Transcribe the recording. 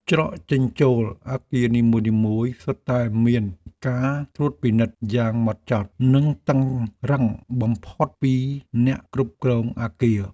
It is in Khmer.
ច្រកចេញចូលអគារនីមួយៗសុទ្ធតែមានការត្រួតពិនិត្យយ៉ាងហ្មត់ចត់ និងតឹងរ៉ឹងបំផុតពីអ្នកគ្រប់គ្រងអគារ។